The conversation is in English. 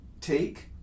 take